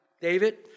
David